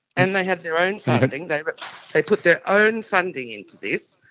and they had their own funding, they but they put their own funding into this,